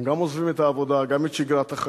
הם גם עוזבים את העבודה, גם את שגרת החיים,